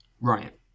right